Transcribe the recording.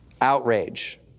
outrage